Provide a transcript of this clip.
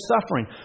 suffering